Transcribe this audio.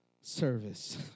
service